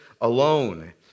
alone